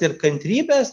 ir kantrybės